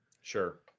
Sure